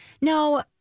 No